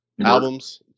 Albums